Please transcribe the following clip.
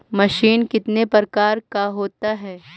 Machine कितने प्रकार का होता है?